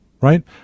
right